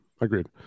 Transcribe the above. agreed